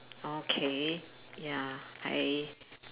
okay ya I